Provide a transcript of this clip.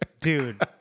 Dude